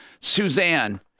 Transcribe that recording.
Suzanne